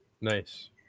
Nice